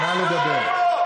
נא לדבר.